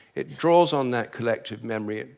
it draws on that collective memory,